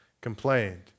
complained